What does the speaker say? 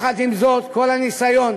עם זאת, כל הניסיון